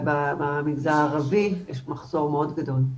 במגזר הערבי יש מחסור מאוד גדול.